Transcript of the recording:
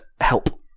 help